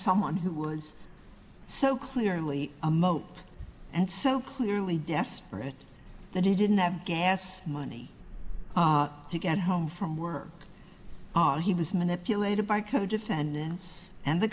someone who was so clearly a mope and so clearly desperate that he didn't have gas money to get home from work he was manipulated by co defendants and the